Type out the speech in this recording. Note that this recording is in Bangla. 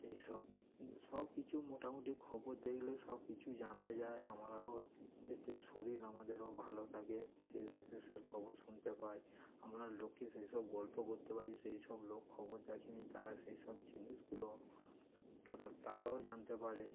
এই সব সব কিছু মোটামুটি খবর দেখলে সব কিছু জানা যায় আমরাও এতে শরীর আমাদেরও ভালো থাকে দেশ বিদেশের খবর শুনতে পাই আমরা লোককে সেই সব গল্প করতে পারি যে সব লোক খবর দেখেনি তারা সেই সব জিনিসগুলো টোটাল তারাও জানতে পারে